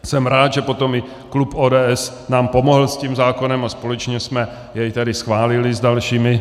Jsem rád, že potom i klub ODS nám pomohl s tím zákonem a společně jsme jej tady schválili s dalšími.